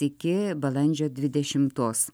iki balandžio dvidešimtos